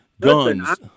Guns